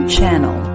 Channel